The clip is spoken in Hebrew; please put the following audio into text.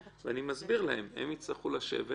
ואני מסביר להם, הם יצטרכו לשבת